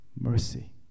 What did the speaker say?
mercy